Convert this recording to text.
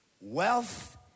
wealth